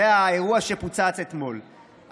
זה האירוע שפוצץ אתמול,